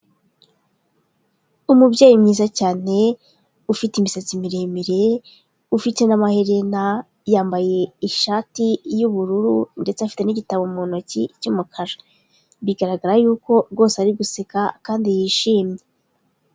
Umubyeyi mwiza cyane, ufite imisatsi miremire, ufite n'amaherena, yambaye ishati y'ubururu, ndetse afite n'gitabo mu ntoki cyumukara. Bigaragara yuko rwose ari guseka kandi yishimye.